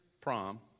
prom